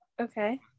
Okay